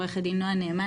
עו"ד נעה נאמן,